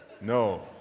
No